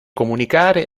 comunicare